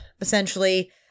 essentially